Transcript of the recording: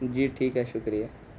جی ٹھیک ہے شکریہ